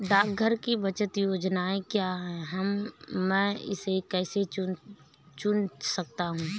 डाकघर की बचत योजनाएँ क्या हैं और मैं इसे कैसे चुन सकता हूँ?